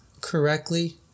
correctly